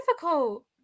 difficult